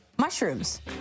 Mushrooms